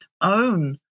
own